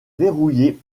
verrouillé